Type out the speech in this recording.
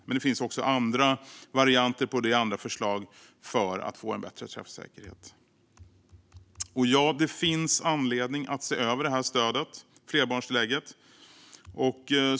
Men det finns också andra varianter och andra förslag för att få en bättre träffsäkerhet. Riksrevisionens rapport om flerbarns-tillägget i barnbidraget Ja, det finns anledning att se över det här stödet, alltså flerbarnstillägget.